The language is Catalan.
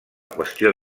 qüestió